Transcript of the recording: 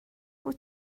wyt